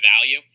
value